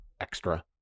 extra